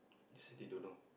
they said they don't know